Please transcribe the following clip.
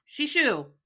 Shishu